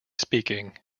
speaking